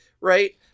right